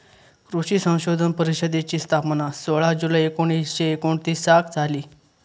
कृषी संशोधन परिषदेची स्थापना सोळा जुलै एकोणीसशे एकोणतीसाक झाली